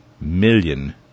million